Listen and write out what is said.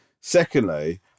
Secondly